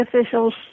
officials